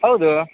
ಹೌದು